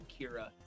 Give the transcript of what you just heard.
Kira